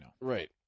Right